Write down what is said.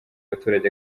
abaturage